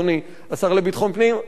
אדוני השר לביטחון פנים,